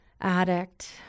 addict